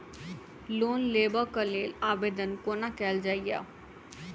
Loan लेबऽ कऽ लेल आवेदन कोना कैल जाइया?